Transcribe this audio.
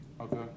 Okay